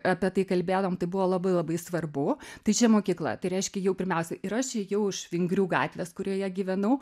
apie tai kalbėdavom tai buvo labai labai svarbu tai čia mokykla tai reiškia jau pirmiausia ir aš ėjau iš vingrių gatvės kurioje gyvenau